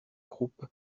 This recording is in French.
croupe